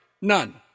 None